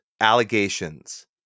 allegations